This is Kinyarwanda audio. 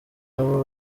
nabo